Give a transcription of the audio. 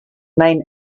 main